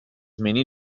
many